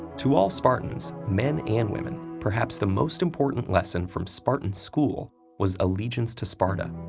to all spartans, men and women, perhaps the most important lesson from spartan school was allegiance to sparta.